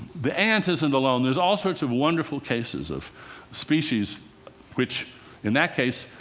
the ant isn't alone. there's all sorts of wonderful cases of species which in that case